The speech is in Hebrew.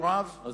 רב כלשהו?